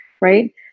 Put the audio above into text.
right